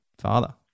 father